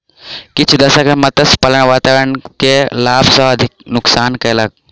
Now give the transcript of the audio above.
किछ दशक में मत्स्य पालन वातावरण के लाभ सॅ अधिक नुक्सान कयलक